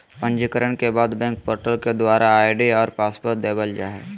पंजीकरण के बाद बैंक पोर्टल के द्वारा आई.डी और पासवर्ड देवल जा हय